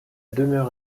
demeure